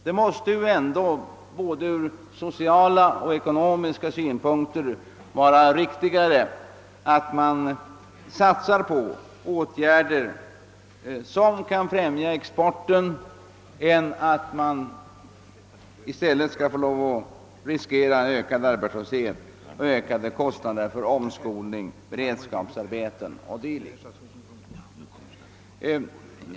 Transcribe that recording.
Från både ekonomiska och sociala synpunkter måste det dock vara riktigare att satsa på exportfrämjande åtgärder än att riskera större arbetslöshet och ökade kostnader för omskolning, beredskapsarbeten o. d.